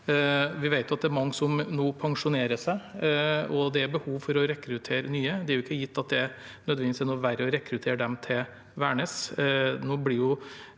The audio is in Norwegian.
Vi vet at det er mange som nå pensjonerer seg, og det er behov for å rekruttere nye. Det er ikke gitt at det nødvendigvis er noe verre å rekruttere dem til Værnes.